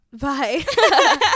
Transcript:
Bye